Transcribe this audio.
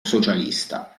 socialista